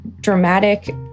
dramatic